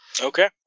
Okay